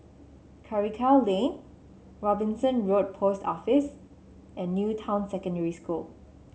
Karikal Lane Robinson Road Post Office and New Town Secondary School